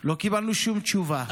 לא קיבלנו שום תשובה.